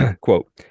Quote